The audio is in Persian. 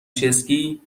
چسکی